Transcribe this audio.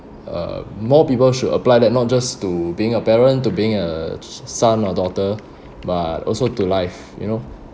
uh more people should apply that not just to being a parent to being a son or daughter but also to life you know